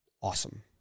awesome